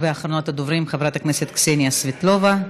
אחרונת הדוברים, חברת הכנסת קסניה סבטלובה.